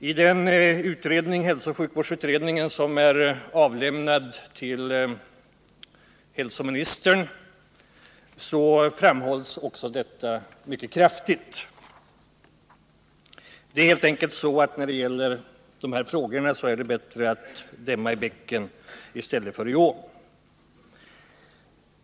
I hälsooch sjukvårdsutredningen, som är avlämnad till hälsoministern, framhålls också detta mycket kraftigt. Det är helt enkelt så att det i fråga om de här problemen är bättre att stämma i bäcken än i ån.